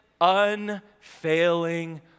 unfailing